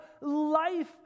life